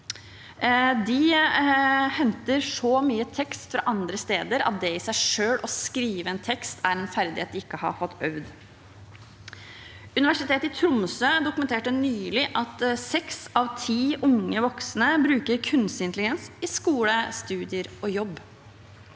De henter så mye tekst fra andre steder at det i seg selv å skrive en tekst, er en ferdighet de ikke har fått øvd på. Universitetet i Tromsø dokumenterte nylig at seks av ti unge voksne bruker kuns tig intelligens i skole, studier og jobb.